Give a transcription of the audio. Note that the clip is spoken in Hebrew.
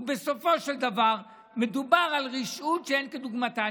ובסופו של דבר מדובר על רשעות שאין כדוגמתה.